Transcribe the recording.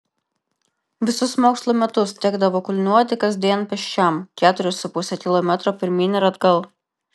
visus mokslo metus tekdavo kulniuoti kasdien pėsčiam keturis su puse kilometro pirmyn ir atgal